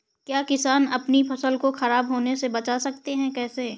क्या किसान अपनी फसल को खराब होने बचा सकते हैं कैसे?